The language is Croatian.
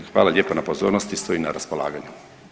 Hvala lijepa na pozornosti, stojim na raspolaganju.